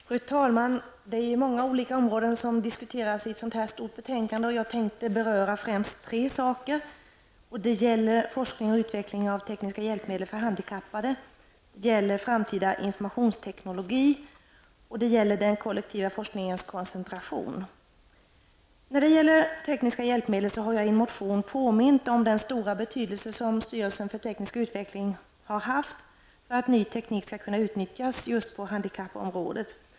Fru talman! Många olika områden diskuteras när det gäller ett så här stort betänkande. För min del tänkte jag beröra främst tre saker: forskning och utveckling av tekniska hjälpmedel för handikappade, framtida informationsteknologi samt den kollektiva forskningens koncentration. När det gäller tekniska hjälpmedel har jag i en motion påmint om den stora betydelse styrelsen för teknisk utveckling har haft för att ny teknik skall kunna utnyttjas på just handikappområdet.